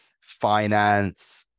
finance